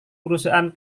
perusahaan